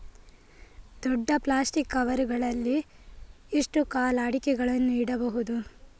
ದೊಡ್ಡ plastic cover ಗಳಲ್ಲಿ ಎಷ್ಟು ಕಾಲ ಅಡಿಕೆಗಳನ್ನು ಇಡಬಹುದು?